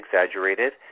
exaggerated